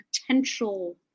potential